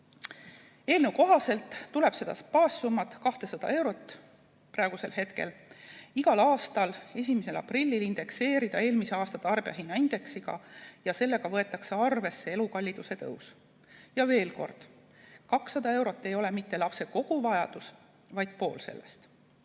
Eelnõu kohaselt tuleb seda baassummat, 200 eurot, iga aasta 1. aprillil indekseerida eelmise aasta tarbijahinnaindeksiga, millega võetakse arvesse elukalliduse tõusu. Ja veel kord: 200 eurot ei ole mitte lapse koguvajadus, vaid pool sellest.